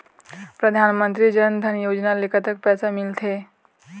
परधानमंतरी जन धन योजना ले कतक पैसा मिल थे?